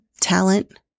talent